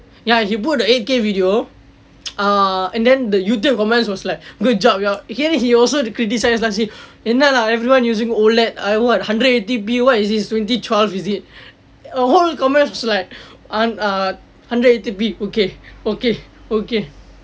ya he put the eight K video err and then the youtube comments was like good job your~ then also criticize lah say cannot lah everyone using OLED I what hundred and eighty P what is this twenty twelve is it the whole comments was like err hundred and eighty P okay okay okay